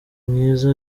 mwiza